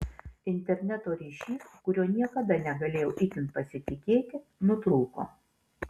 interneto ryšys kuriuo niekada negalėjau itin pasitikėti nutrūko